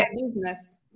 business